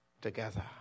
together